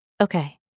Okay